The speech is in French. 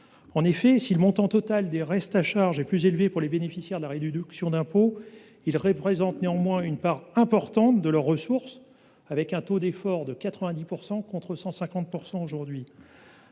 En effet, si le montant total des restes à charge est plus élevé pour les bénéficiaires de la réduction d’impôt, il représente néanmoins une part moins importante de leurs ressources, le taux d’effort passant à 90 % contre 150 % aujourd’hui.